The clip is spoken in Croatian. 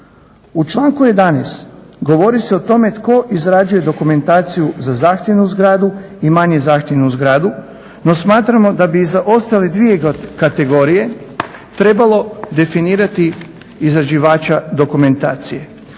U članku 11. govori se o tome tko izrađuje dokumentaciju za zahtjevnu zgradu i manje zahtjevnu zgradu no smatramo da bi i za ostale dvije kategorije trebalo definirati izrađivača dokumentacije.